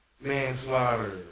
manslaughter